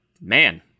man